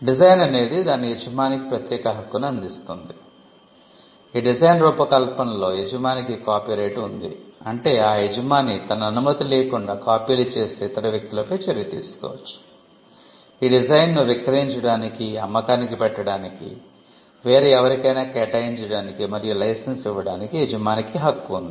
డిజైన్ను విక్రయించడానికి అమ్మకానికి పెట్టటానికి వేరే ఎవరికైనా కేటాయించడానికి మరియు లైసెన్స్ ఇవ్వడానికి యజమానికి హక్కు ఉంది